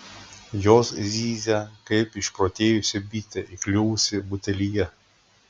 jos zyzia kaip išprotėjusi bitė įkliuvusi butelyje